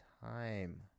time